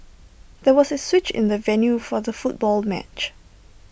there was A switch in the venue for the football match